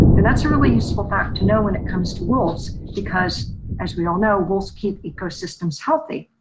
and that's a really useful fact to know when it comes to wolves, because as we all know, wolves keep ecosystems healthy.